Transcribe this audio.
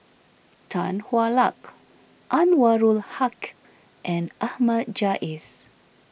Tan Hwa Luck Anwarul Haque and Ahmad Jais